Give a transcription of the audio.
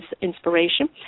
inspiration